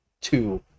two